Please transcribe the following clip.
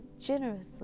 generously